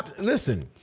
Listen